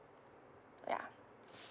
ya